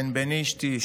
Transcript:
בנבנישתי,